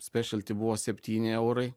spešal ti buvo septyni eurai